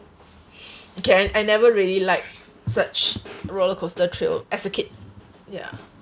K I never really liked such roller coaster thrill as a kid ya